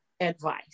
Advice